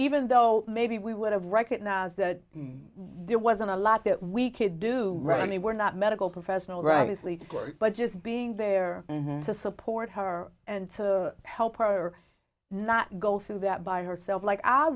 even though maybe we would have recognized that there wasn't a lot that we could do right i mean we're not medical professionals rightly but just being there to support her and to help her not go through that by herself like i